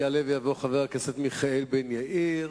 יעלה ויבוא חבר הכנסת מיכאל בן-ארי.